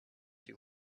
two